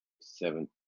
seven